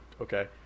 Okay